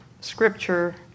scripture